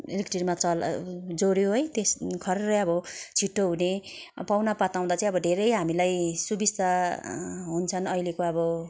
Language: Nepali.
इलेक्ट्रीमा चल जोड्यो है त्यस खर्ररै अब छिटो हुने अब पाहुनापात आउँदा चाहिँ अब धेरै हामीलाई सुविस्ता हुन्छ अहिलेको अब